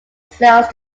sales